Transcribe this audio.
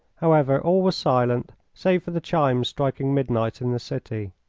however, all was silent save for the chimes striking midnight in the city.